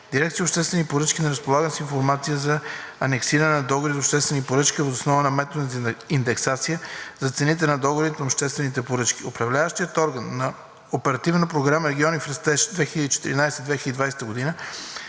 Дирекция „Обществени поръчки“ не разполага с информация за анексиране на договори за обществени поръчки въз основа на методите на индексация за цените на договорите на обществените поръчки. Управляващият орган на Оперативна програма